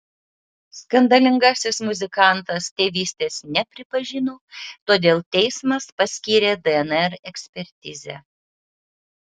skandalingasis muzikantas tėvystės nepripažino todėl teismas paskyrė dnr ekspertizę